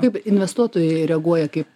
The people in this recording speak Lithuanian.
kaip investuotojai reaguoja kaip